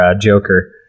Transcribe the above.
Joker